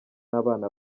abana